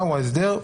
מהו ההסדר?